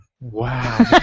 Wow